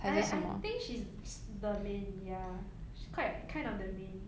I I think she's the main ya she's quite kind of the main